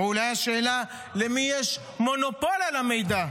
או אולי השאלה: למי יש מונופול על המידע?